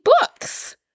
books